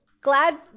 Glad